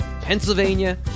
Pennsylvania